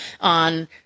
on